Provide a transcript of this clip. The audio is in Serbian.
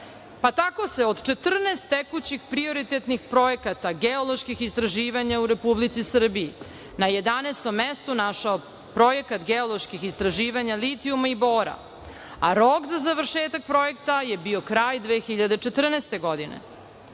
se tako od 14 tekućih prioritetnih projekata, geoloških istraživanja u Republici Srbiji na 11 mestu našao projekat geoloških istraživanja litijuma i Bora, a rok za završetak projekta je bio kraj 2014. godine.